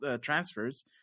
transfers